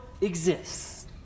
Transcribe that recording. exists